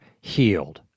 healed